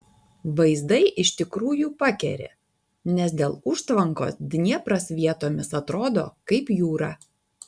vaizdai iš tikrųjų pakeri nes dėl užtvankos dniepras vietomis atrodo kaip jūra